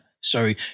sorry